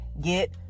get